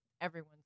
everyone's